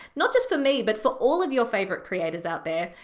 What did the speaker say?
not just for me, but for all of your favorite creators out there.